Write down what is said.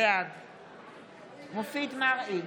בעד מופיד מרעי,